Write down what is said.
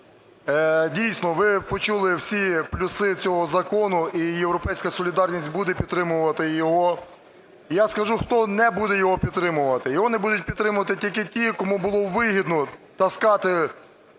Дійсно, ви почули всі плюси цього закону, і "Європейська солідарність" буде підтримувати його. Я скажу, хто не буде його підтримувати. Його не будуть підтримувати тільки ті, кому було вигідно таскати